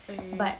ookay